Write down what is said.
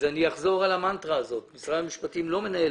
אני אחזור על המנטרה הזאת שאומרת שמשרד המשפטים לא מנהל